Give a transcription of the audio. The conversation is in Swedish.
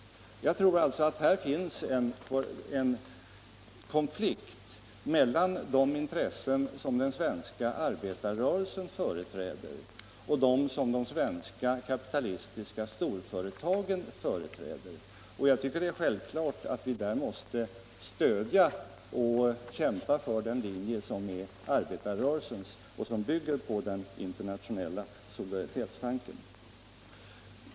Här finns en konflikt mellan de intressen som den svenska arbetarrörelsen företräder och de intressen som de svenska kapitalistiska storföretagen företräder. Jag tycker att det är självklart att vi därvid måste stödja — och kämpa för — den linje som är arbetarrörelsens och som bygger på den internationella solidaritetstanken.